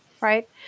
right